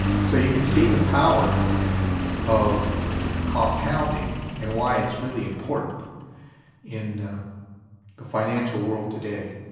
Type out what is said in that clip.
so you can see the power of compounding and why it's really important in the financial world today.